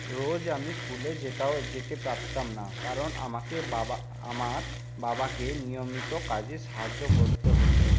রোজ আমি স্কুলে যেতাও যেতে পারতাম না কারণ আমাকে বাবা আমার বাবাকে নিয়মিত কাজে সাহায্য করতে হতো